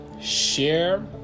share